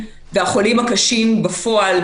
והחולים הקשים בפועל,